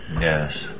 Yes